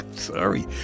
sorry